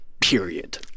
period